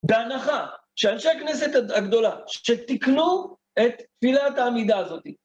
בהנחה שאנשי הכנסת הגדולה שתקלו את תפילת העמידה הזאת.